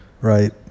Right